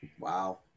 Wow